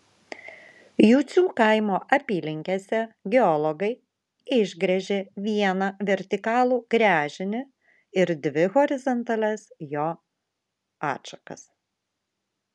jucių kaimo apylinkėse geologai išgręžė vieną vertikalų gręžinį ir dvi horizontalias jo atšakas